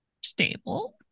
stable